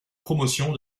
promotion